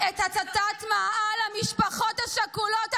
מה זה הדבר הזה?